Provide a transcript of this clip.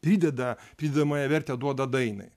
prideda pridedamąją vertę duoda dainai